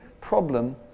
problem